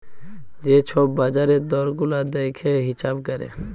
যে ছব বাজারের দর গুলা দ্যাইখে হিঁছাব ক্যরে